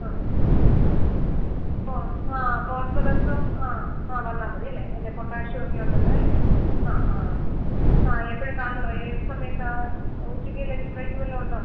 ആ ആ ഫോസ്ഫറസും ആ ആ വന്നാൽ മതിയല്ലേ അല്ലേ പൊട്ടാഷ്യം ഒക്കെ ഉണ്ടല്ലോ അല്ലേ അ ആ ആ എപ്പഴും കാണുമോ ഏത് സമയത്താ ഉച്ചക്ക് ലഞ്ച് ബ്രേക്ക് വല്ലതും ഉണ്ടോ